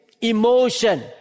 emotion